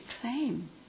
claim